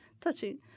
touching –